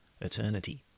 eternity